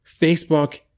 facebook